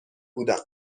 بودم